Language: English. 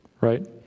right